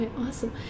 Awesome